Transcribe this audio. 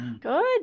Good